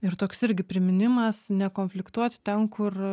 ir toks irgi priminimas nekonfliktuot ten kur